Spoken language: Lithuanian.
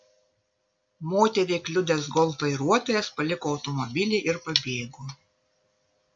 moterį kliudęs golf vairuotojas paliko automobilį ir pabėgo